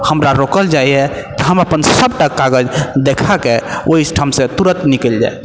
हमरा रोकल जाइए तऽ हम अपन सबटा कागज देखाकऽ ओहिठामसँ तुरत निकलि जायब